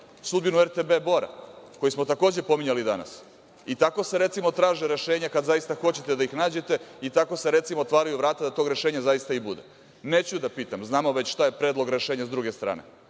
sudbinu RTB Bora, koju smo takođe pominjali danas i tako se recimo traže rešenja kada zaista hoćete da ih nađete i tako se recimo otvaraju vrata da tog rešenja zaista i bude. Neću da pitam, znamo već šta je predlog rešenja sa druge strane.